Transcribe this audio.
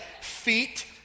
feet